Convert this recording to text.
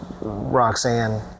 Roxanne